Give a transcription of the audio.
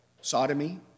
sodomy